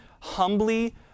humbly